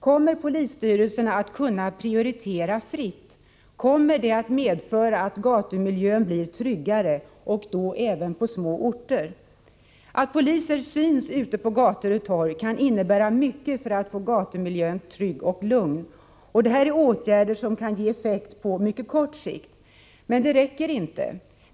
Kommer polisstyrelserna att kunna prioritera fritt? Kommer det att medföra att gatumiljön blir tryggare och då även på små orter? Att poliser syns ute på gator och torg kan innebära mycket för att få gatumiljön trygg och lugn. Åtgärder i det syftet kan ge effekt på mycket kort sikt. Men det räcker inte.